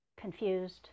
confused